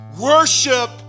Worship